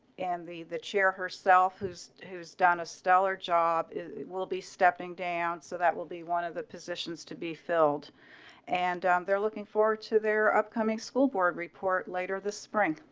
and the the chair herself who's who's done a stellar job is he will be stepping down so that will be one of the positions to be filled and um they're looking forward to their upcoming school board report later this spring.